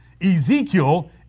Ezekiel